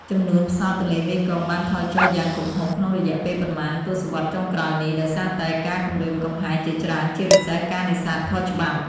ចំនួនផ្សោតទន្លេមេគង្គបានថយចុះយ៉ាងគំហុកក្នុងរយៈពេលប៉ុន្មានទសវត្សរ៍ចុងក្រោយនេះ ដោយសារតែការគំរាមកំហែងជាច្រើន ជាពិសេសការនេសាទខុសច្បាប់។